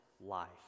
life